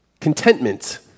Contentment